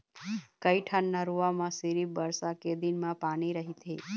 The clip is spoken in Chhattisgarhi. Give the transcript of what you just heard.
कइठन नरूवा म सिरिफ बरसा के दिन म पानी रहिथे